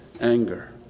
anger